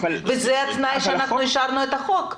וזה התנאי שבו אישרנו את החוק.